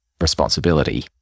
responsibility